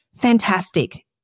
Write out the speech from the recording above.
Fantastic